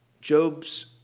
Job's